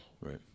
Right